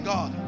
God